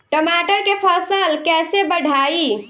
टमाटर के फ़सल कैसे बढ़ाई?